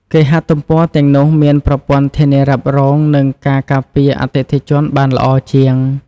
គេហទំព័រទាំងនោះមានប្រព័ន្ធធានារ៉ាប់រងនិងការការពារអតិថិជនបានល្អជាង។